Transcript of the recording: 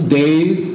days